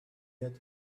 had